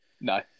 No